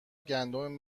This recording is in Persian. گندم